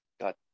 got